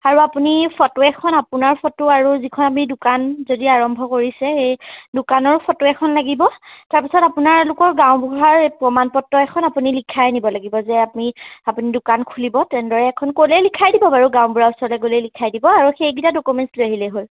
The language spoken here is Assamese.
আৰু আপুনি ফটো এখন আপোনাৰ ফটো আৰু যিখন আপুনি দোকান যদি আৰম্ভ কৰিছে সেই দোকানৰ ফটো এখন লাগিব তাৰপিছত আপোনালোকৰ গাঁওবুঢ়াৰ প্ৰমাণ পত্ৰ এখন আপুনি লিখাই আনিব লাগিব যে আপুনি আপুনি দোকান খুলিব তেনেদৰে এখন ক'লে লিখাই দিব বাৰু গাঁওবুঢ়া ওচৰলৈ গ'লে লিখাই দিব আৰু সেইকেইটা ডকুমেণ্টছ লৈ আহিলেই হ'ল